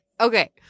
Okay